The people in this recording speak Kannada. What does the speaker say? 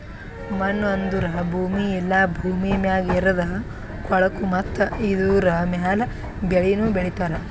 ಮಣ್ಣು ಅಂದುರ್ ಭೂಮಿ ಇಲ್ಲಾ ಭೂಮಿ ಮ್ಯಾಗ್ ಇರದ್ ಕೊಳಕು ಮತ್ತ ಇದುರ ಮ್ಯಾಲ್ ಬೆಳಿನು ಬೆಳಿತಾರ್